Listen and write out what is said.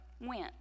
went